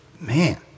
Man